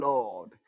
Lord